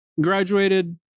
graduated